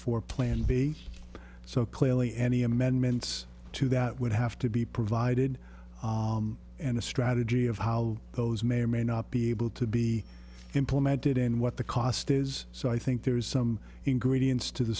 for plan b so clearly any amendments to that would have to be provided and a strategy of how those may or may not be able to be implemented and what the cost is so i think there's some ingredients to the